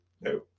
No